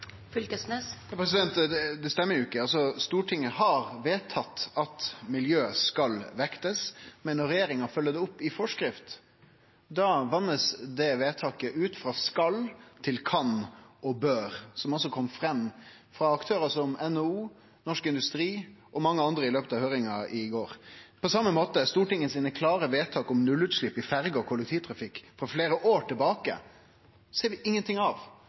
Fylkesnes – til oppfølgingsspørsmål. Det stemmer jo ikkje. Stortinget har vedtatt at miljø skal vektast, men når regjeringa følgjer det opp i forskrift, blir vedtaket vatna ut frå «skal» til «kan» og «bør» – som det kom fram frå aktørar som NHO, Norsk Industri og mange andre i løpet av høyringa i går. På same måte: Stortinget sine klare vedtak om nullutslepp frå ferje- og kollektivtrafikken – frå fleire år tilbake – ser vi ingenting av.